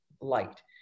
light